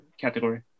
category